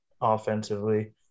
offensively